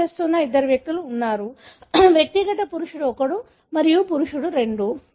claim చేస్తున్న ఇద్దరు వ్యక్తులు ఉన్నారు వ్యక్తిగత పురుషుడు 1 మరియు పురుషుడు 2